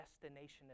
destination